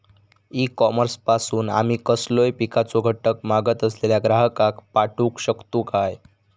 E commerce पासून आमी कसलोय पिकाचो घटक मागत असलेल्या ग्राहकाक पाठउक शकतू काय?